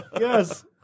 Yes